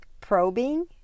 Probing